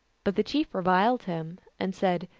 but the chief reviled him, and said,